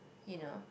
you know